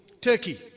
Turkey